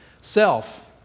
Self